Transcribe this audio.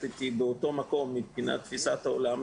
אתי באותו מקום מבחינת תפיסת העולם,